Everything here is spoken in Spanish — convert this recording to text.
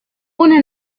una